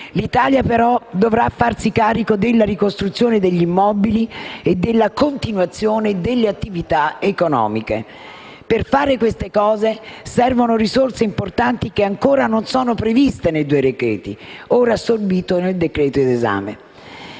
L'Italia però dovrà farsi carico della ricostruzione degli immobili e della continuazione delle attività economiche. Per fare queste cose servono risorse importanti che ancora non sono previste nei due decreti-legge, ora assorbiti nel decreto-legge